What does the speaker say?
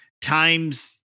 times